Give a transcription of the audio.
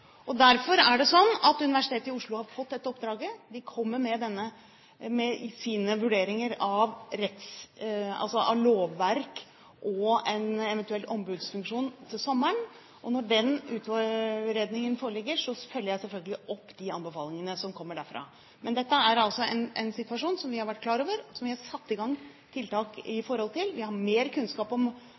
Universitetet i Oslo fått dette oppdraget. De kommer med sine vurderinger av lovverket og en eventuell ombudsfunksjon til sommeren. Når den utredningen foreligger, følger jeg selvfølgelig opp de anbefalingene som kommer derfra. Men dette er altså en situasjon som vi har vært klar over, og som vi har satt i gang tiltak i forhold til. Vi har mer kunnskap om